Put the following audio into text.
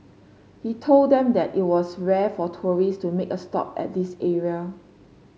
he told them that it was rare for tourist to make a stop at this area